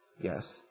Yes